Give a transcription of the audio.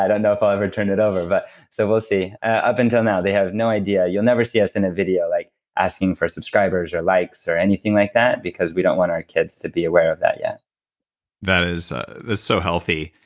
i don't know of i'll ever turn it over. but so we'll see. up until now they have no idea. you'll never see us in a video like asking for subscribers or likes or anything like that because we don't want our kids to be aware of that yet that is so healthy.